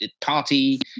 party